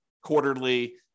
quarterly